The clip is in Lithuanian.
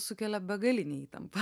sukelia begalinę įtampą